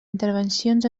intervencions